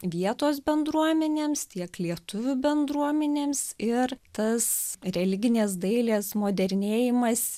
vietos bendruomenėms tiek lietuvių bendruomenėms ir tas religinės dailės modernėjimas